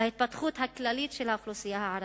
בהתפתחות הכללית של האוכלוסייה הערבית,